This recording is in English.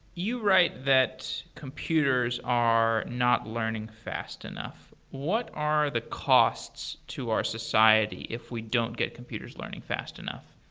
you write that computers are not learning fast enough. what are the costs to our society if we don't get computers learning fast enough?